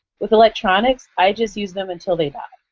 with electronics, i just use them until they die.